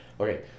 okay